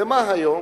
ומה היום?